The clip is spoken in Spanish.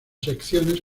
secciones